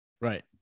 right